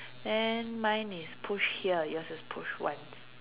then mine is push here yours is push once